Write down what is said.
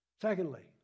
Secondly